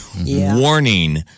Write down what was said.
warning